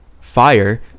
fire